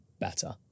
better